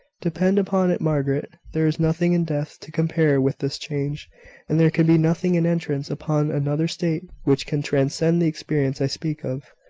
depend upon it, margaret, there is nothing in death to compare with this change and there can be nothing in entrance upon another state which can transcend the experience i speak of.